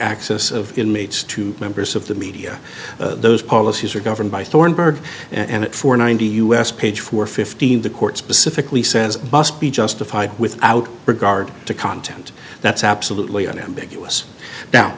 access of inmates to members of the media those policies are governed by thornburgh and for ninety us page for fifteen the court specifically says must be justified without regard to content that's absolutely unambiguous now